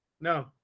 No